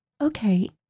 Okay